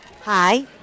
Hi